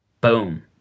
Boom